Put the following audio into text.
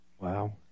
Wow